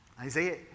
Isaiah